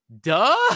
duh